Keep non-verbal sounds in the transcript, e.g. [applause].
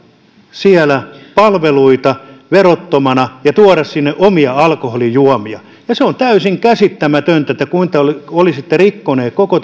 siellä palveluita verottomana ja tuoda sinne omia alkoholijuomia se on täysin käsittämätöntä että te olisitte rikkoneet koko [unintelligible]